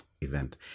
event